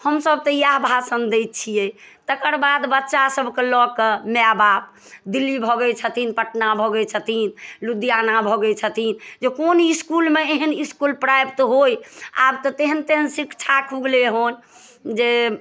हमसब तऽ इएह भाषण दै छियै तकर बाद बच्चा सबके लऽ कऽ माय बाप दिल्ली भगै छथिन पटना भगै छथिन लुधियाना भगै छथिन जे कोन इसकुलमे एहन इसकुल प्राप्त होइ आब तऽ तेहन तेहन शिक्षाके हो गेलै हन जे